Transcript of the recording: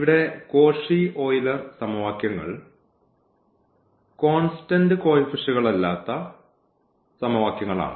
ഇവിടെ Cauchy Euler സമവാക്യങ്ങൾ constant കോയിഫിഷ്യന്റ്കൾ ഇല്ലാത്ത സമവാക്യങ്ങളാണ്